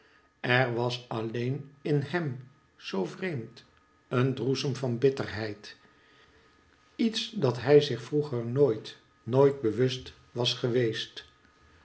er was alleen in hem zoo vreemd een droesem van bitterheid iets dat hij zich vroeger nooit nooit bewust was geweest